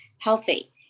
healthy